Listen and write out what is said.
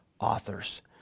authors